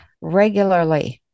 regularly